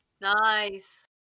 Nice